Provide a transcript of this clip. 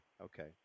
Okay